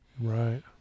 Right